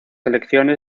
elecciones